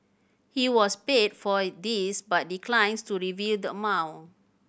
he was paid for this but declines to reveal the amount